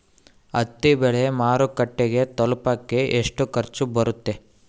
ಹತ್ತಿ ಬೆಳೆ ಮಾರುಕಟ್ಟೆಗೆ ತಲುಪಕೆ ಎಷ್ಟು ಖರ್ಚು ಬರುತ್ತೆ?